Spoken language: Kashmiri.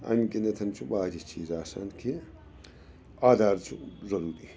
اَمہِ کِنٮتھَن چھُ واریاہ چیٖز آسان کینٛہہ آدھار چھُ ضٔروٗری